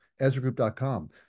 EzraGroup.com